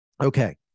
Okay